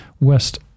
West